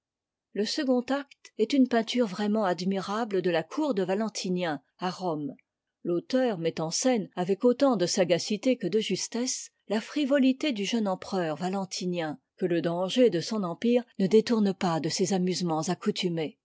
le second acte est une peinture vraiment admirable de la cour de valentinien à rome l'auteur met en scène avec autant de sagacité que de justesse ta frivolité du jeune empereur valentinien que le danger de son empire ne détourne pas de ses amusements accoutumés